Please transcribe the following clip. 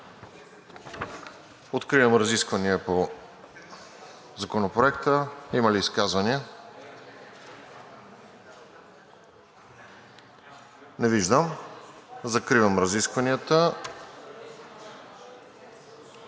Откривам разискванията по Законопроекта. Има ли изказвания? Не виждам. Закривам разискванията.